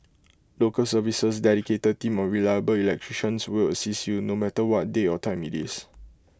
local service's dedicated team of reliable electricians will assist you no matter what day or time IT is